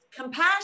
compassion